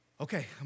okay